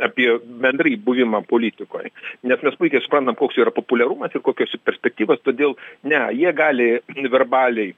apie bendrai buvimą politikoj nes mes puikiai suprantam koks yra populiarumas ir kokios jų perspektyvos todėl ne jie gali verbaliai